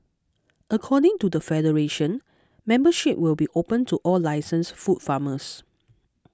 according to the federation membership will be opened to all licensed food farmers